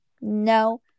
No